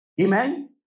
Amen